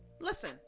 listen